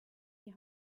die